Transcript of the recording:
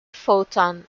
photon